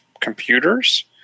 computers